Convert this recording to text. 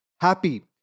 happy